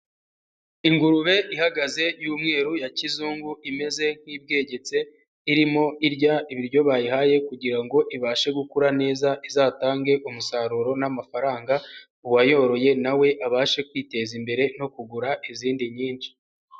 Ingurube ihagaze, y'umweru ya kizungu imeze nk'ibwegetse, irimo irya ibiryo bayihaye kugira ngo ibashe gukura neza izatange umusaruro n'amafaranga, uwayoroye na we abashe kwiteza imbere no kugura izindi nyinshi.